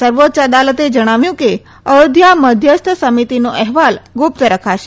સર્વોચ્ય અદાલતે જણાવ્યું કે અથોધ્યા મધ્યસ્થ સમિતિનો અહેવાલ ગુપ્ત રખાશે